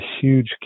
huge